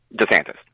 DeSantis